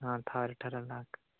हाँ थार अठारह लाख